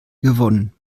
gewonnen